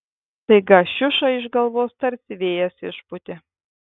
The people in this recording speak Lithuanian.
staiga šiušą iš galvos tarsi vėjas išpūtė